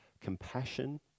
compassion